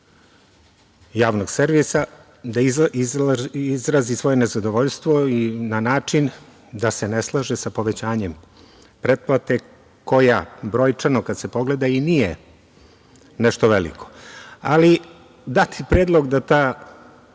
Javnog servisa da izrazi svoje nezadovoljstvo na način da se ne slaže sa povećanjem pretplate koja brojčano kada se pogleda i nije nešto velika. Dati je predlog da ta